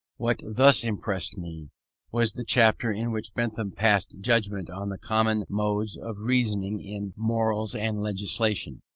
what thus impressed me was the chapter in which bentham passed judgment on the common modes of reasoning in morals and legislation,